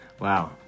wow